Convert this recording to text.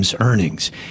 earnings